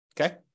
Okay